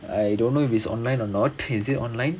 I don't know if it's online or not is it online